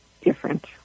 different